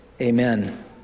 Amen